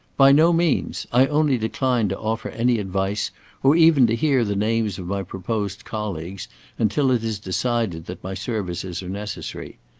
by no means. i only decline to offer any advice or even to hear the names of my proposed colleagues until it is decided that my services are necessary.